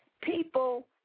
people